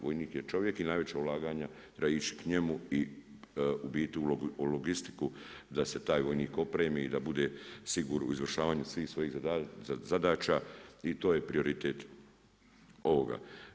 Vojnik je čovjek i najveća ulaganja, treba ići k njemu i u biti u logistiku da se taj vojnik opremi i da bude siguran u izvršavanju svih svojih zadaća i to je prioritet ovoga.